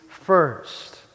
first